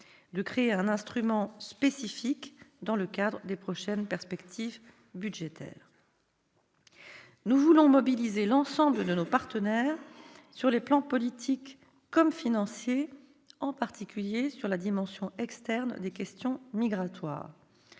de créer un instrument spécifique dans le cadre des prochaines perspectives budgétaires. Nous voulons mobiliser l'ensemble de nos partenaires sur le plan politique comme du point de vue financier, en particulier sur la dimension externe des questions migratoires.